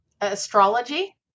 Astrology